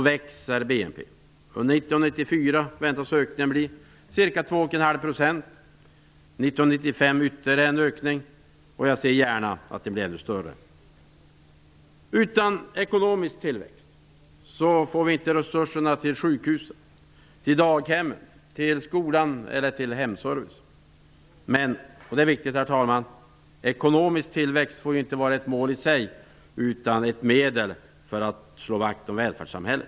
Under 1994 väntas ökningen bli ca 2,5 % och för 1995 väntas ytterligare ökning. Jag ser gärna att den blir större än förväntat. Utan ekonomisk tillväxt får vi inte resurser till sjukhus, daghem, skola eller hemservice. Men, herr talman, ekonomisk tillväxt får inte vara ett mål i sig utan bör vara ett medel för att slå vakt om välfärdssamhället.